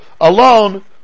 alone